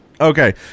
Okay